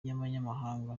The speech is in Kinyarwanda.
y’abanyamahanga